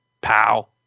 Pow